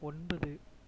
ஒன்பது